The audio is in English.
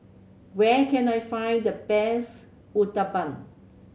where can I find the best Uthapam